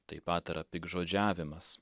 tai pat yra piktžodžiavimas